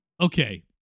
okay